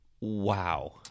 Wow